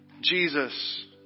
Jesus